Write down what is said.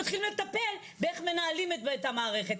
הם מתחילים לטפל באיך מנהלים את המערכת,